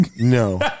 No